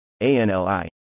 ANLI